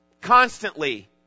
constantly